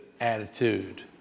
attitude